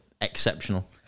exceptional